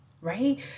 right